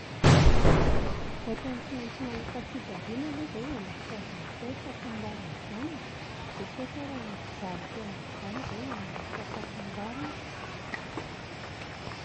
Ohatran'ny tsy maintsy mahita fijaliana aloha izay vao mahita an'izany hatao hoe fahasambarana izany e, Jesosy ary nijaly tena nijaly izay vao nahita fahasambarana